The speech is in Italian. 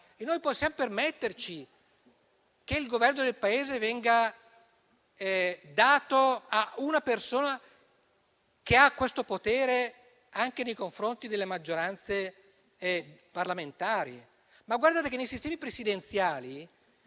E noi possiamo permetterci che il Governo del Paese venga dato a una persona che ha questo potere anche nei confronti delle maggioranze parlamentari? Guardate che nei sistemi presidenziali